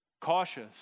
cautious